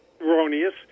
erroneous